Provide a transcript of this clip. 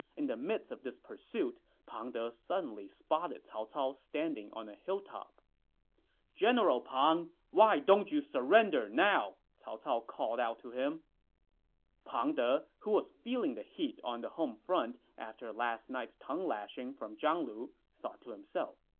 in the midst of this pursuit, pang de suddenly spotted cao cao standing on a hilltop general pang, why don't you surrender now? cao cao called out to him pang de, who was feeling the heat on the homefront after last night's tongue-lashing from zhang lu, thought to himself,